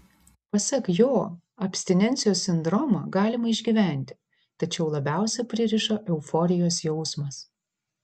pasak jo abstinencijos sindromą galima išgyventi tačiau labiausiai pririša euforijos jausmas